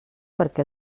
perquè